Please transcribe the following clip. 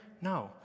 No